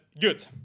good